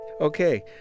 Okay